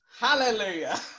Hallelujah